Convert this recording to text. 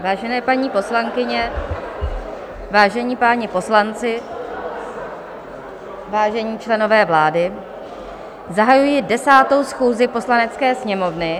Vážené paní poslankyně, vážení páni poslanci, vážení členové vlády, zahajuji 10. schůzi Poslanecké sněmovny.